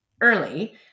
early